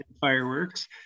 fireworks